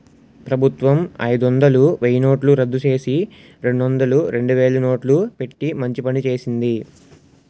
ప్రభుత్వం అయిదొందలు, వెయ్యినోట్లు రద్దుచేసి, రెండొందలు, రెండువేలు నోట్లు పెట్టి మంచి పని చేసింది